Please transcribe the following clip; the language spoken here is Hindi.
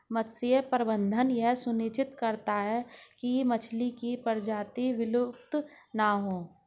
मत्स्य प्रबंधन यह सुनिश्चित करता है की मछली की प्रजाति विलुप्त ना हो